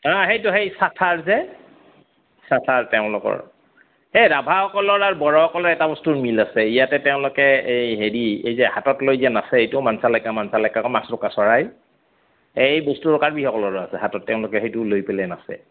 আ সেইটো সেই চাথাৰ যে চাথাৰ তেওঁলোকৰ সেই ৰাভাসকলৰ আৰু বড়োসকলৰ এটা বস্তুৰ মিল আছে ইয়াতে তেওঁলোকে এই হেৰি এই যে হাতত লৈ যে নাচে এইটো মাঞ্চালেকা মাঞ্চালেকা মাছৰোকা চৰাই এই বস্তুটো কাৰ্বিসকলৰো আছে হাতত তেওঁলোকে সেইটো লৈ পেলাই নাচে